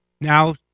Now